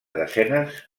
desenes